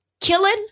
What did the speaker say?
killing